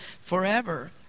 forever